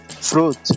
fruit